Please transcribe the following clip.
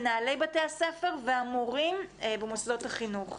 מנהלי בתי הספר והמורים במוסדות החינוך.